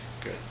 good